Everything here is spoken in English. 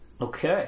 Okay